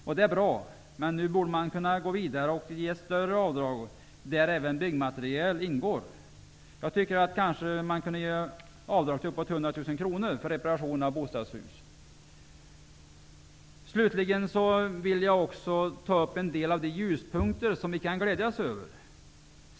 Detta är bra, men nu borde man kunna gå vidare och införa större avdrag, där även byggmateriel kan ingå. Jag tycker att man kanske kunde ge avdrag på upp emot 100 000 kronor för reparationer av bostadshus. Slutligen vill jag ta upp en del av de ljuspunkter som vi kan glädjas över.